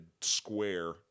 square